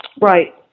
Right